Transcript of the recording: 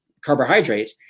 carbohydrate